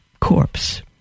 corpse